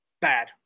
Bad